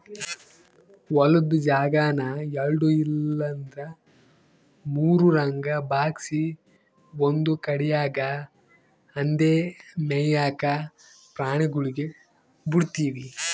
ಹೊಲುದ್ ಜಾಗಾನ ಎಲ್ಡು ಇಲ್ಲಂದ್ರ ಮೂರುರಂಗ ಭಾಗ್ಸಿ ಒಂದು ಕಡ್ಯಾಗ್ ಅಂದೇ ಮೇಯಾಕ ಪ್ರಾಣಿಗುಳ್ಗೆ ಬುಡ್ತೀವಿ